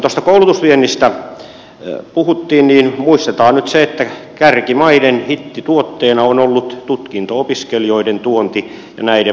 kun tuosta koulutusviennistä puhuttiin niin muistetaan nyt se että kärkimaiden hittituotteena on ollut tutkinto opiskelijoiden tuonti ja näiden maksamat lukukausimaksut